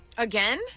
Again